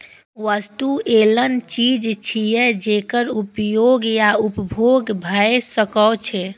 वस्तु एहन चीज छियै, जेकर उपयोग या उपभोग भए सकै छै